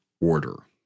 order